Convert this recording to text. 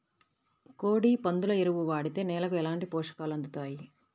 కోడి, పందుల ఎరువు వాడితే నేలకు ఎలాంటి పోషకాలు అందుతాయి